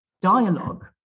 dialogue